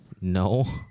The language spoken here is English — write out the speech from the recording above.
No